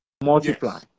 multiply